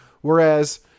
Whereas